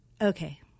Okay